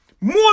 more